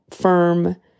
firm